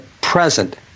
present